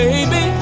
Baby